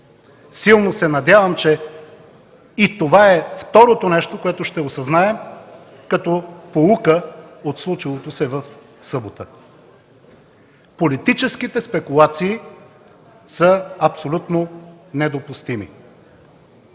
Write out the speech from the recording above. Силно се надявам, че и това е второто нещо, което ще осъзнаем като поука от случилото се в събота. Политическите спекулации са абсолютно недопустими.